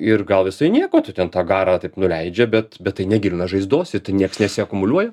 ir gal visai nieko tu ten tą garą nuleidžia bet bet tai negilina žaizdos ir tai nieks nesiakumuliuoja